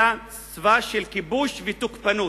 אלא צבא של כיבוש ותוקפנות.